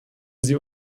sie